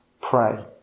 pray